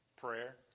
prayer